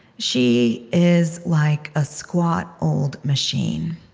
she is like a squat old machine,